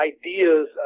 ideas